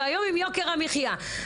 והיום עם יוקר המחיה,